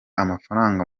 amafaranga